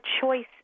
choice